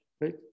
right